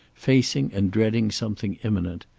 facing and dreading something imminent,